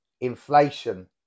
Inflation